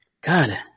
God